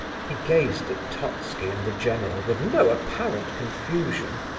he gazed at totski and the general with no apparent confusion,